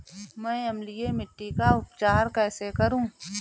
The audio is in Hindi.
मैं अम्लीय मिट्टी का उपचार कैसे करूं?